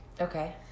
Okay